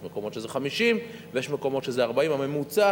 יש מקומות שזה 50 ויש מקומות שזה 40. הממוצע